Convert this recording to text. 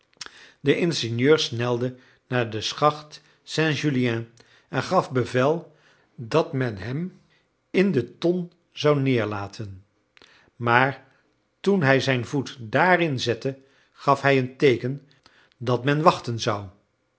de ingenieur snelde naar de schacht saint julien en gaf bevel dat men hem in de ton zou neerlaten maar toen hij zijn voet daarin zette gaf hij een teeken dat men wachten zou